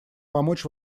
помочь